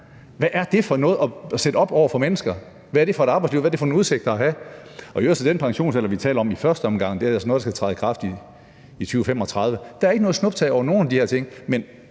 Hvad er det for noget at sætte op over for mennesker? Hvad er det for et arbejdsliv, hvad er det for nogle udsigter at have? Og i øvrigt: Den pensionsalder, vi taler om i første omgang, er altså noget, der skal træde i kraft i 2035. Der er ikke noget snuptag over nogen af de her ting. Men